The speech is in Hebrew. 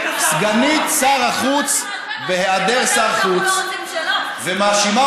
סגנית שר החוץ בהיעדר שר חוץ מאשימה